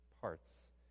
parts